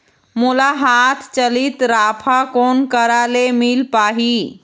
मोला हाथ चलित राफा कोन करा ले मिल पाही?